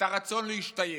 את הרצון להשתייך.